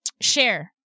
share